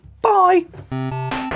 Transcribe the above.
Bye